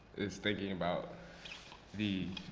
it's thinking about the